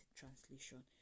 translation